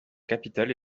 capitale